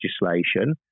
legislation